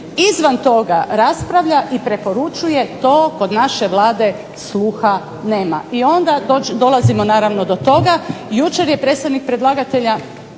izvan toga raspravlja i preporučuje to kod naše Vlade sluha nema. I onda dolazimo naravno do toga, jučer je predstavnik predlagatelja